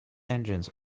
engines